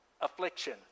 affliction